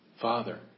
Father